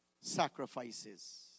sacrifices